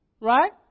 Right